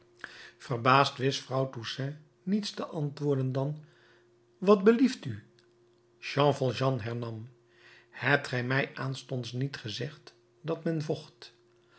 verbaasd wist vrouw toussaint niets te antwoorden dan wat belieft u jean valjean hernam hebt ge mij aanstonds niet gezegd dat men vocht